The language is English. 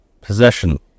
possession